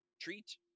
treat